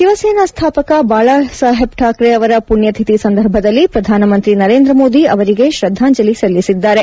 ಶಿವಸೇನಾ ಸ್ಲಾಪಕ ಬಾಳಾ ಸಾಹೇಬ್ ಠಾಕ್ರೆ ಅವರ ಪುಣ್ಯತಿಥಿ ಸಂದರ್ಭದಲ್ಲಿ ಪ್ರಧಾನಮಂತ್ರಿ ನರೇಂದ್ರ ಮೋದಿ ಅವರಿಗೆ ಶ್ರದ್ದಾಂಜಲಿ ಸಲ್ಲಿಸಿದ್ದಾರೆ